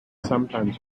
sometimes